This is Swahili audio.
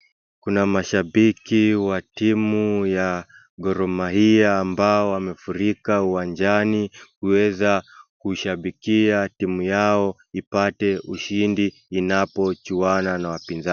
Kuna mashabiki wa timu ya Gor Mahia ambao wamefurika uwanjani kuweza kushabikia timu yao ipate ushindi inapochuana na wapinzani.